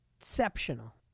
exceptional